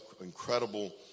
Incredible